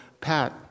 Pat